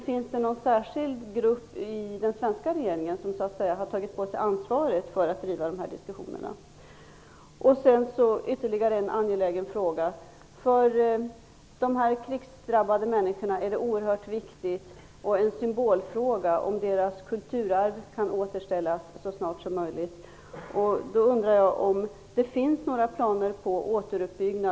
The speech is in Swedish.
Finns det någon särskild grupp i den svenska regeringen som har tagit på sig ansvaret för att driva dessa diskussioner? Jag har ytterligare en angelägen fråga. För de krigsdrabbade människorna är det oerhört viktigt och en symbolfråga att deras kulturarv kan återställas så snart som möjligt. Jag undrar om det finns några planer på återuppbyggnad?